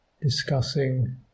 discussing